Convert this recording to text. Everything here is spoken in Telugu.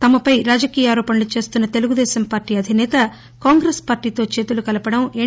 తమ పై రాజకీయ ఆరోపణలు చేస్తున్న తెలుగుదేశం పార్టీ అధిసేత కాంగ్రెస్ పార్లీతో చేతులు కలపడం ఎస్